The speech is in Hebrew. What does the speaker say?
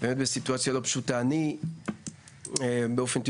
לסיטואציה שהיא באמת לא פשוטה.